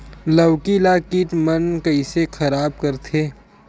लौकी ला कीट मन कइसे खराब करथे?